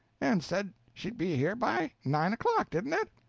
and said she'd be here by nine o'clock, didn't it?